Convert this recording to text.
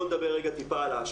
בואו נדבר רגע על ההשפעה,